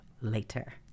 later